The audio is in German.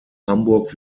hamburg